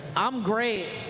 i'm great.